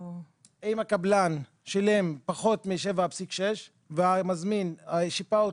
אם הקבלן שילם פחות מ-7.6% והמזמין שיפה אותו,